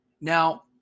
Now